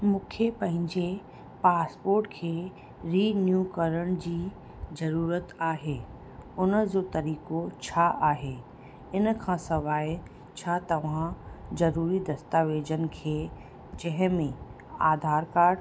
मूंखे पंहिंजे पासपोर्ट खे रीन्यू करण जी जरुरत आहे उनजो तरीक़ो छा आहे इनखां सवाइ छा तव्हां ज़रूरी दस्तावेज़नि खे जंहिंमें आधार कार्ड